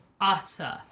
utter